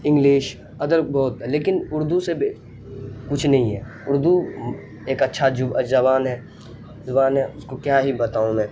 English ادر بہت ہے لیکن اردو سے کچھ نہیں ہے اردو ایک اچھا زبان ہیں زبان ہیں اس کو کیا ہی بتاؤں میں